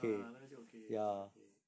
ah 那个就 okay 那个就 okay